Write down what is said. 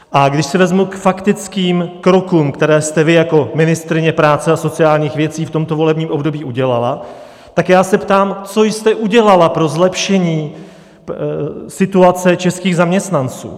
A když si vezmu k faktickým krokům, které jste vy jako ministryně práce a sociálních věcí v tomto volebním období udělala, tak se ptám, co jste udělala pro zlepšení situace českých zaměstnanců?